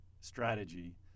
strategy